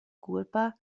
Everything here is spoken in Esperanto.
kulpa